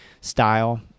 style